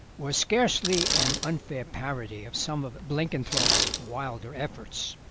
was scarcely an unfair parody of some of blenkinthrope's wilder efforts.